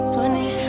Twenty